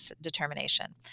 determination